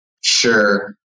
Sure